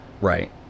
Right